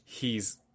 hes